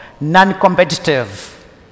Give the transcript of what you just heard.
non-competitive